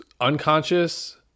unconscious